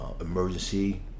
emergency